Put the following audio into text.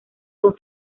con